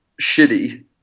shitty